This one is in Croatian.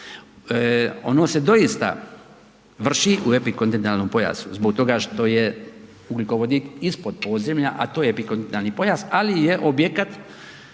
Ono se doista vrši u epikontinentalnom pojasu zbog toga što je ugljikovodik ispod podzemlja, a to je epikontinentalni pojas, ali je objekat